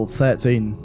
thirteen